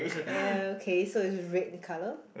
uh okay so it's red in colour